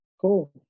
Cool